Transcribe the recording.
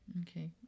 Okay